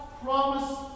promise